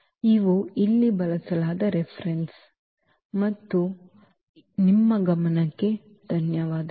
ಇವು ಇಲ್ಲಿ ಬಳಸಲಾದ ರೆಫೆರೆನ್ಸಸ್ ಮತ್ತು ನಿಮ್ಮ ಗಮನಕ್ಕೆ ಧನ್ಯವಾದಗಳು